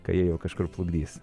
kai jie jau kažkur plukdys